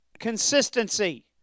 consistency